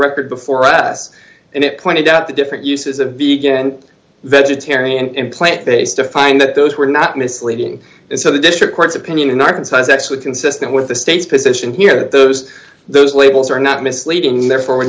record before us and it pointed out the different uses of begin vegetarian and plant they still find that those were not misleading so the district court's opinion in arkansas is actually consistent with the state's position here that those those labels are not misleading and therefore would